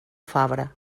fabra